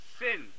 sin